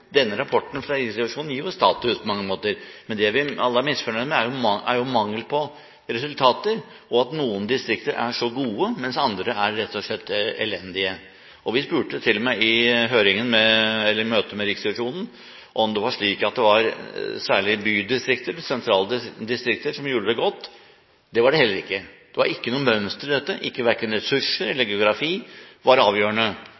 denne rapporten fra Riksrevisjonen gir statusen på mange måter. Det vi imidlertid alle er misfornøyd med, er mangel på resultater og at noen distrikter er så gode, mens andre er rett og slett elendige. Vi spurte til og med i møtet med Riksrevisjonen om det var særlig bydistrikter, sentrale distrikter, som gjorde det godt. Det var det heller ikke. Det var ikke noe mønster i dette, verken ressurser eller geografi var avgjørende,